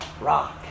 rock